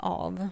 av